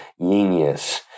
Genius